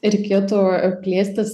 reikėtų plėstis